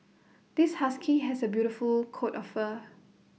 this husky has A beautiful coat of fur